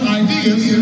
ideas